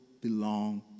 belong